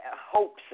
hopes